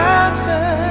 answer